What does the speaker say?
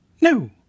No